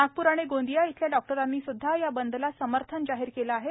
नागप्र आणि गोंदिया इथल्या डॉक्टरांनीसुदधा या बंदला समर्थन जाहीर केले आहे